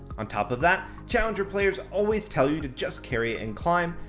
on top of that, challenger players always tell you to just carry and climb,